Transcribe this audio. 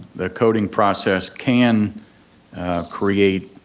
the coating process can create